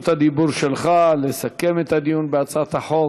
רשות הדיבור שלך לסכם את הדיון בהצעת החוק.